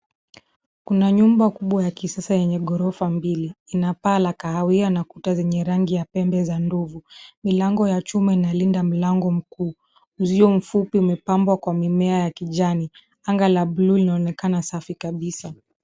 Kuna nyumba kubwa ya kisasa yenye ghorofa mbili. Ina paa la kahawia na kuta zenye rangi ya pembe za ndovu. Milango ya chuma inalinda mlango mkuu. Uzio mfupi umepambwa kwa mimea ya kijani. Anga la bluu linaonekana safi kabisa.